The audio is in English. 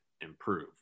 improve